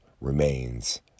remains